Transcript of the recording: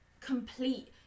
complete